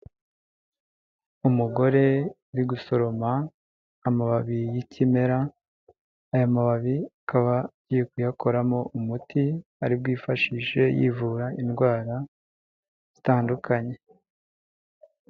Umugore uri gusoroma amababi y'ikimera, aya mababi akaba agiye kuyakoramo umuti ari bwifashishe yivura indwara zitandukanye.